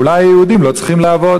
אולי יהודים לא צריכים לעבוד.